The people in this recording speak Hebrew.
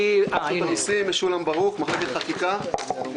אני פותח את הישיבה בנושא: הצעת צו מס הכנסה (קביעת תשלומים בעד